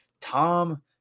Tom